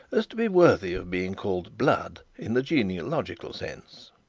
as to be worthy of being called blood in the genealogical sense.